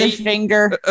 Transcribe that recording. finger